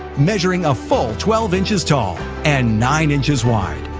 measuring a full twelve inches tall and nine inches wide.